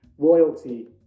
Loyalty